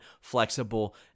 flexible